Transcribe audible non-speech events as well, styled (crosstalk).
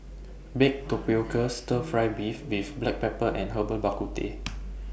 Baked Tapioca Stir Fry Beef with Black Pepper and Herbal Bak Ku Teh (noise)